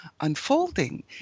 unfolding